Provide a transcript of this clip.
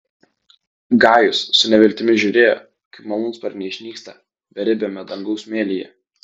gajus su neviltimi žiūrėjo kaip malūnsparniai išnyksta beribiame dangaus mėlyje